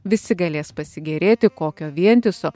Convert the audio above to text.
visi galės pasigėrėti kokio vientiso